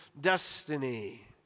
destiny